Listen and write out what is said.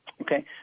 Okay